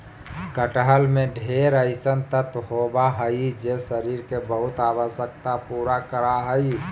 कटहल में ढेर अइसन तत्व होबा हइ जे शरीर के बहुत आवश्यकता पूरा करा हइ